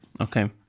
Okay